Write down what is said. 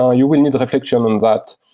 ah you will need reflection on that.